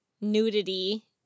nudity